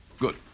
Good